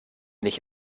nicht